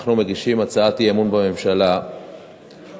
אנחנו מגישים הצעת אי-אמון בממשלה בשל